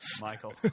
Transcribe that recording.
Michael